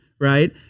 right